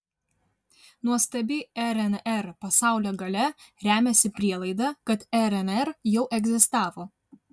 nuostabi rnr pasaulio galia remiasi prielaida kad rnr jau egzistavo